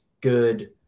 good